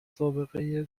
سابقه